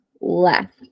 left